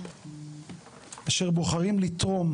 אשר בוחרים לתרום